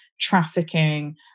trafficking